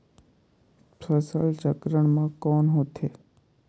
फसल चक्रण मा कौन होथे?